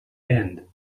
end